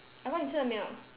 阿公你吃了没有